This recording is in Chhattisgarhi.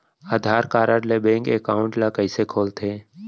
आधार कारड ले बैंक एकाउंट ल कइसे खोलथे?